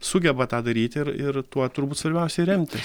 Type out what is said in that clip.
sugeba tą daryti ir ir tuo turbūt svarbiausia ir remtis